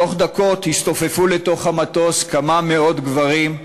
בתוך דקות הסתופפו בתוך המטוס כמה מאות גברים,